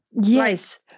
Yes